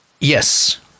Yes